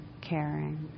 caring